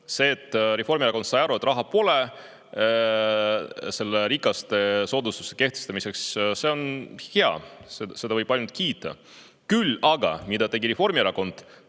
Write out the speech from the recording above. See, et Reformierakond sai aru, et raha pole selle rikaste soodustuse kehtestamiseks, on hea, seda võib ainult kiita. Aga mida Reformierakond